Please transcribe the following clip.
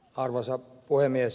arvoisa puhemies